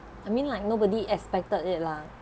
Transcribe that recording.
I mean like nobody expected it lah